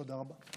תודה רבה.